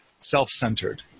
self-centered